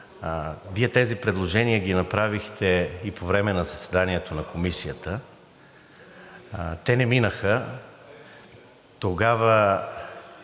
тези предложения ги направихте и по време на заседанието на Комисията. Те не минаха. Тогава